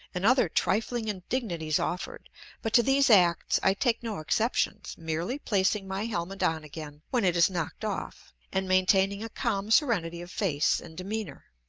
and other trifling indignities offered but to these acts i take no exceptions, merely placing my helmet on again when it is knocked off, and maintaining a calm serenity of face and demeanor.